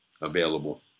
available